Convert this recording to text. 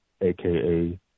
AKA